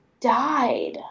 died